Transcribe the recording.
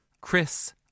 Chris